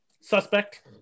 suspect